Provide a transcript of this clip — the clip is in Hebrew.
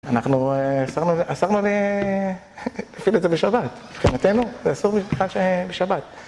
אנחנו אסרנו... אסרנו ל... להפעיל את זה בשבת. מבחינתנו? זה אסור בכלל בשבת.